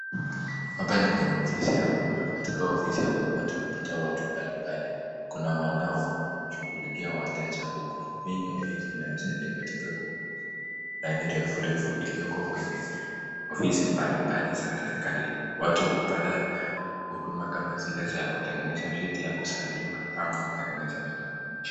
Hapa ni kwenye ofisi la huduma, katika ofisi ya huduma tunapata watu mbalimbali, kunawanashughulika wateja huku, hii ninofisi inayosaidia katika kupunguza laini refu refu iliyoko kwenye ofisi mbalimbali za serikali, watu hupata huduma kama vile za tungeneza vyeti ya kuzaliwa ama kutengeneza vitambulisho.